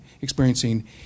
experiencing